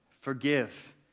forgive